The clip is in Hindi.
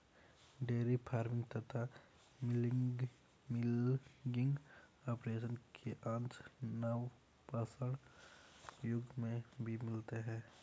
डेयरी फार्मिंग तथा मिलकिंग ऑपरेशन के अंश नवपाषाण युग में भी मिलते हैं